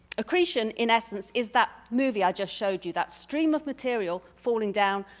accretion in essence is that movie i just showed you. that stream of material falling down,